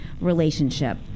relationship